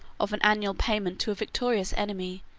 of an annual payment to a victorious enemy,